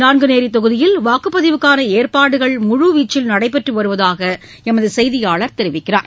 நாங்குநேரி தொகுதியில் வாக்குப்பதிவுக்கான ஏற்பாடுகள் முழுவீச்சில் நடைபெற்று வருவதாக எமது செய்தியாளர் தெரிவிக்கிறார்